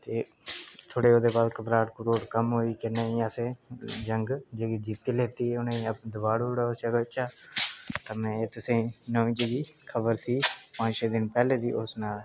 थोह्डे़ औह्दे बाद घबराहट घुबराहट घट्ट होई नेईं असें जंग जिती लैती उहें गी दबाड़ी ओडे उत्थुं जगह चा ते तुसे नमीं जेह्ड़ी खबर सी पंज छे दिन पैहले बी उसी सनाआ दा